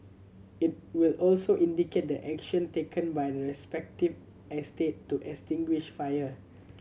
it will also indicate the action taken by respective estate to extinguish fire